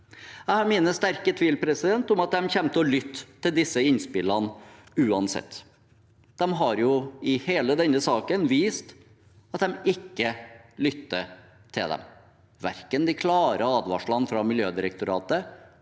Jeg har mine sterke tvil om at de kommer til å lytte til disse innspillene uansett. De har i hele denne saken vist at de ikke lytter til dem, verken de klare advarslene fra Miljødirektoratet,